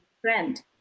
friend